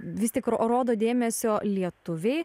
vis tik ro rodo dėmesio lietuviai